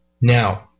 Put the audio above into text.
Now